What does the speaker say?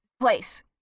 place